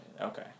Okay